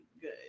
good